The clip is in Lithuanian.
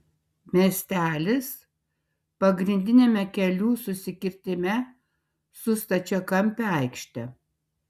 miestelis pagrindiniame kelių susikirtime su stačiakampe aikšte